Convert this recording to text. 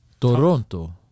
Toronto